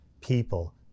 people